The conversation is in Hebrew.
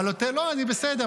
לא, אני בסדר.